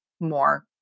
more